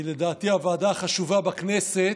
שלדעתי היא הוועדה החשובה בכנסת,